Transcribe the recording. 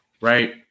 right